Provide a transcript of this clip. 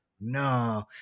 no